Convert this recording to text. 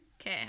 Okay